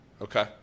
Okay